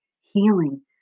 healing